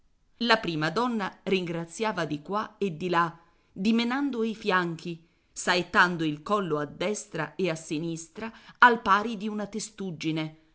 la prima donna ringraziava di qua e di là dimenando i fianchi saettando il collo a destra e a sinistra al pari di una testuggine